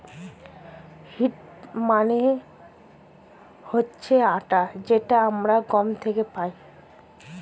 wheat মানে হচ্ছে আটা যেটা আমরা গম থেকে পাই